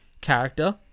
character